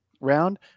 round